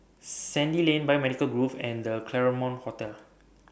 Sandy Lane Biomedical Grove and The Claremont Hotel